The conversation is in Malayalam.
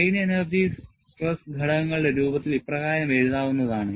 സ്ട്രെയിൻ എനർജി സ്ട്രെസ് ഘടകങ്ങളുടെ രൂപത്തിൽ ഇപ്രകാരം എഴുതാവുന്നതാണ്